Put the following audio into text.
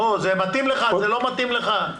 זה מתאים לך, זה לא מתאים לך?